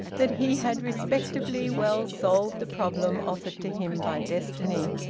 that he had respectably well solved the problem offered to him by destiny.